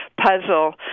puzzle